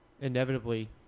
inevitably